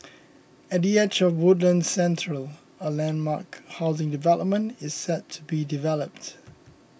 at the edge of Woodlands Central a landmark housing development is set to be developed